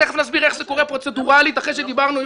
תכף נסביר איך זה קורה פרוצדוראלית אחרי שדיברנו,